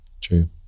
True